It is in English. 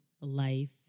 life